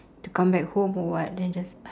to come back home or what then I just